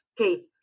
Okay